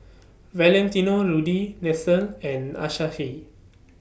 Valentino Rudy Nestle and Asahi